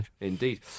Indeed